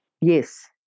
Yes